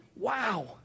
Wow